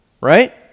right